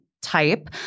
Type